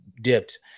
dipped